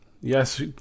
Yes